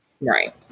Right